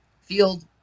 field